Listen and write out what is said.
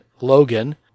Logan